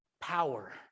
power